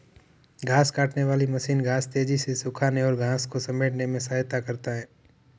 घांस काटने वाली मशीन घांस तेज़ी से सूखाने और घांस को समेटने में सहायता करता है